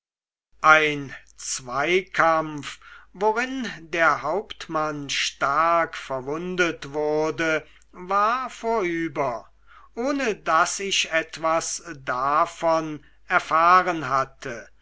ein zweikampf worin der hauptmann stark verwundet wurde war vorüber ohne daß ich etwas davon erfahren hatte